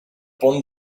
pont